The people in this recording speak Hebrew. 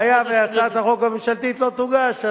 והיה והצעת החוק הממשלתית לא תוגש,